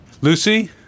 Lucy